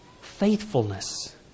faithfulness